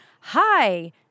hi